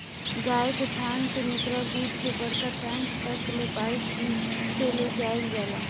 गाय के थान से निकलल दूध के बड़का टैंक तक ले पाइप से ले जाईल जाला